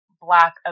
black